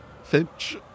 Finch